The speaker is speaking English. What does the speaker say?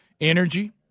Energy